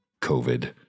COVID